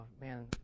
man